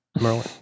Merlin